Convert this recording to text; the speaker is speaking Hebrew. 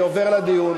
אני עובר לדיון.